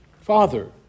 Father